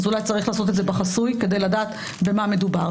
אולי צריך לעשות את זה בחסוי כדי לדעת במה מדובר.